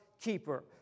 keeper